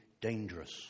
dangerous